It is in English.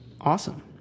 Awesome